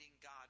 God